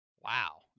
wow